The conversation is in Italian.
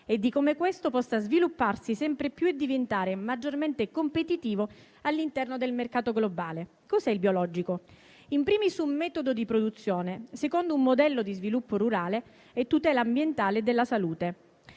in cui questo possa svilupparsi sempre più e diventare maggiormente competitivo all'interno del mercato globale. Che cos'è il biologico? È *in primis* un metodo di produzione secondo un modello di sviluppo rurale e tutela ambientale e della salute.